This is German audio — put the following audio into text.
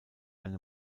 eine